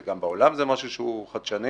גם בעולם זה משהו שהוא חדשני.